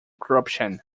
corruption